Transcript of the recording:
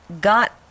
got